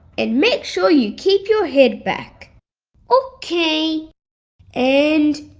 and make sure you keep you head back ok and.